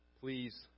Please